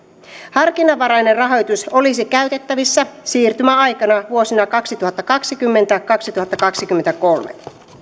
harkinnanvarainen rahoitus olisi käytettävissä siirtymäaikana vuosina kaksituhattakaksikymmentä viiva kaksituhattakaksikymmentäkolme